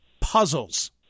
puzzles